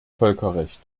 völkerrecht